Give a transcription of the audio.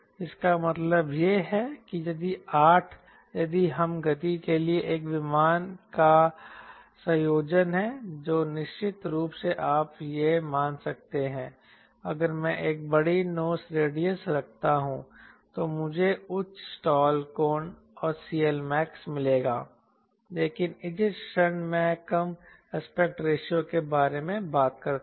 इसका मतलब यह है कि 8 यदि कम गति के लिए एक विमान का संयोजन है तो निश्चित रूप से आप यह मान सकते हैं कि अगर मैं एक बड़ी नोस रेडियस रखता हूं तो मुझे उच्च स्टाल कोण और CLMAX मिलेगा लेकिन जिस क्षण मैं कम एस्पेक्ट रेशियो के बारे में बात करता हूं